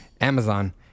Amazon